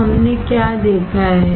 तो हमने क्या देखा है